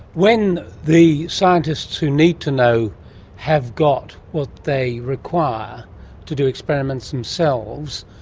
when the scientists who need to know have got what they require to do experiments themselves,